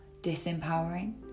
disempowering